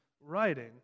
writing